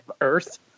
Earth